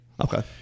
Okay